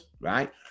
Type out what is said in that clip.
right